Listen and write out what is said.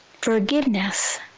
forgiveness